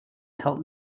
help